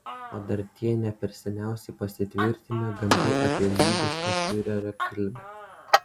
o dar tie ne per seniausiai pasitvirtinę gandai apie žydišką fiurerio kilmę